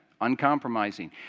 uncompromising